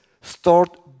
start